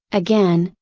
again,